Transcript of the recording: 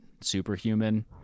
superhuman